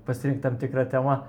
pasirinkt tam tikrą temą